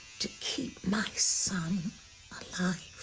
to keep my son ah